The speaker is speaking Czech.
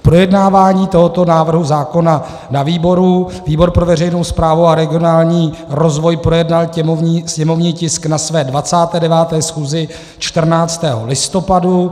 Projednávání tohoto návrhu zákona na výboru výbor pro veřejnou správu a regionální rozvoj projednal sněmovní tisk na své 29. schůzi 14. listopadu.